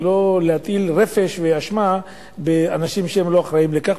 ולא להטיל רפש ואשמה באנשים שלא אחראים לכך,